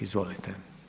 Izvolite.